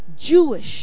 Jewish